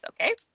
okay